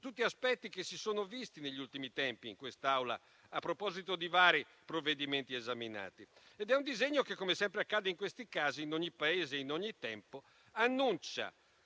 tutti aspetti che si sono visti negli ultimi tempi in quest'Aula a proposito di vari provvedimenti esaminati. È un disegno che, come sempre accade in questi casi, in ogni Paese e in ogni tempo, annuncia